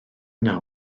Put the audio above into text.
yna